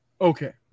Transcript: okay